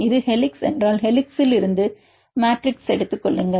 இது ஹெலிக்ஸ் என்றால் ஹெலிக்ஸிலிருந்து மேட்ரிக்ஸில் எடுத்துக்கொள்ளுங்கள்